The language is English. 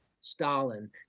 Stalin